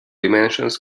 dimensions